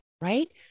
right